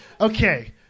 okay